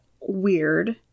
weird